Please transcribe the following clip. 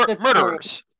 murderers